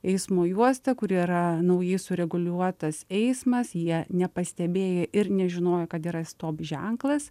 eismo juosta kur yra naujai sureguliuotas eismas jie nepastebėję ir nežinojo kad yra stop ženklas